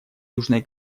южной